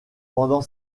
pendant